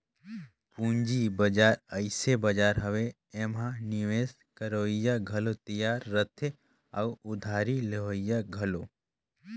पंूजी बजार अइसे बजार हवे एम्हां निवेस करोइया घलो तियार रहथें अउ उधारी लेहोइया घलो